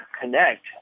connect